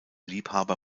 liebhaber